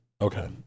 Okay